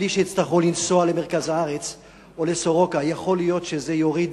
בלי שיצטרכו לנסוע למרכז הארץ או ל"סורוקה" יכול להיות שזה יוריד